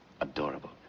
Adorable